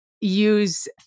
use